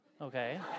okay